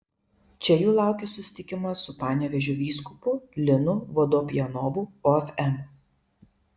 čia jų laukia susitikimas su panevėžio vyskupu linu vodopjanovu ofm